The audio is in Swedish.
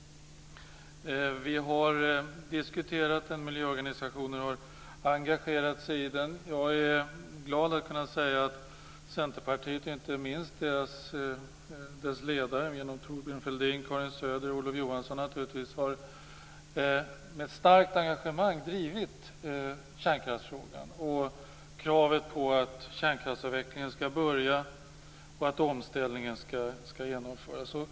Vi har diskuterat den. Miljöorganisationer har engagerat sig i den. Jag är glad att kunna säga att Centerpartiet - inte minst dess ledare; Torbjörn Fälldin, Karin Söder och naturligtvis Olof Johansson - med starkt engagemang har drivit kärnkraftsfrågan. Det har gällt kraven på att kärnkraftsavvecklingen skall börja och att omställningen skall genomföras.